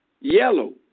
yellow